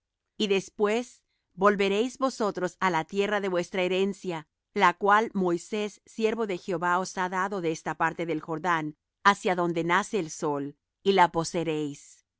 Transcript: y después volveréis vosotros á la tierra de vuestra herencia la cual moisés siervo de jehová os ha dado de esta parte del jordán hacia donde nace el sol y la poseeréis